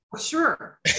Sure